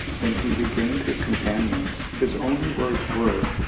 when he regained his companions, his only words were,